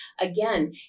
Again